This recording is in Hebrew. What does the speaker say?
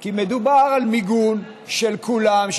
כי מדובר על מיגון של כולם,